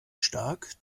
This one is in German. stark